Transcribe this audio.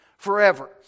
forever